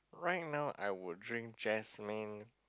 right now I will drink jasmine